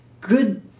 good